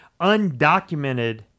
undocumented